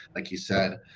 like you said.